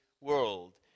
world